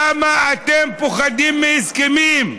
למה אתם פוחדים מהסכמים?